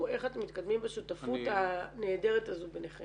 איך אתם מתקדמים בשותפות הנהדרת הזאת ביניכם.